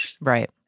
Right